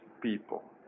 people